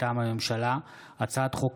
לתיקון פקודת בריאות העם (הוספת מכשור רפואי